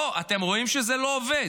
בואו, אתם רואים שזה לא עובד,